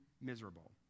miserable